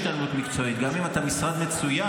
אם אתה רוצה למשל לעשות השתלמות מקצועית,